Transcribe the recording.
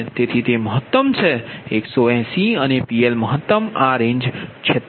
તેથી તે મહત્તમ છે 180 અને PLમહત્તમ આ રેન્જ 46